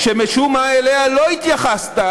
שמשום מה אליה לא התייחסת,